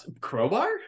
crowbar